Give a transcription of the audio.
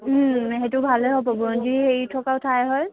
ওম সেইটো ভালে হ'ব বুৰঞ্জী হেৰি থকা ঠাই হয়